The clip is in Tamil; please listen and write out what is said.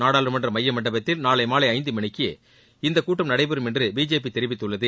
நாடாளுமன்ற மைய மண்டபத்தில் நாளை மாலை ஐந்து மணிக்கு இந்தக் கூட்டம் நடைபெறம் என்று பிஜேபி தெரிவித்துள்ளது